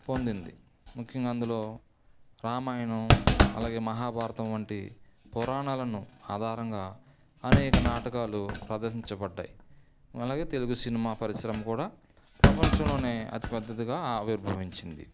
పొందింది ముఖ్యంగా అందులో రామాయణం అలాగే మహాభారతం వంటి పురాణాలను ఆధారంగా అనేక నాటకాలు ప్రదర్శించబడ్డాయి అలాగే తెలుగు సినిమా పరిశ్రమ కూడా ప్రపంచంలోనే అతి పెద్దదిగా ఆవిర్భవించింది